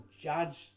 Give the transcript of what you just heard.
judged